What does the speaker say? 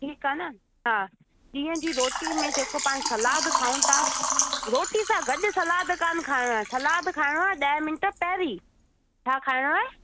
ठीकु आहे न हा ॾींहं जी रोटी में जेको पाणि सलाद खाऊं था रोटी सां गॾु सलाद कान खाइणो आहे सलाद खाइणो आहे ॾह मिंट पहिरीं छा खाइणो आहे